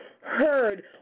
heard